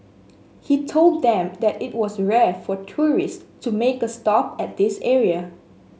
he told them that it was rare for tourist to make a stop at this area